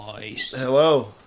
Hello